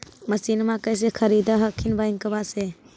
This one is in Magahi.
मसिनमा कैसे खरीदे हखिन बैंकबा से?